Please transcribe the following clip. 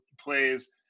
plays